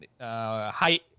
High